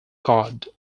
god